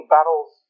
Battles